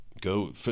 go